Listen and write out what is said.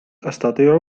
أستطيع